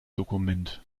dokument